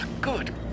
good